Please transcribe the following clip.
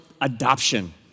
adoption